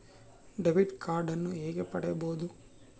Debit ಕಾರ್ಡನ್ನು ಹೇಗೆ ಪಡಿಬೋದು?